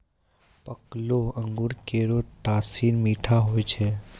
पकलो अंगूर केरो तासीर मीठा होय छै